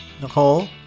Nicole